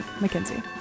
Mackenzie